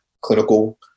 Clinical